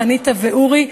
חניתה ואורי.